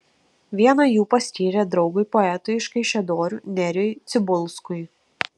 vieną jų paskyrė draugui poetui iš kaišiadorių nerijui cibulskui